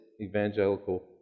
evangelical